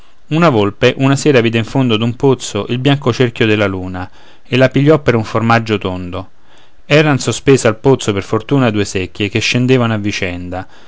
una volpe una sera vide in fondo d'un pozzo il bianco cerchio della luna e la pigliò per un formaggio tondo eran sospese al pozzo per fortuna due secchie che scendevano a vicenda